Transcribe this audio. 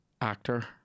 actor